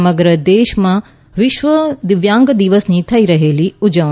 સમગ્ર દેશમાં વિશ્વ દિવ્યાંગ દિવસની થઈ રહેલી ઉજવણી